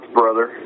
brother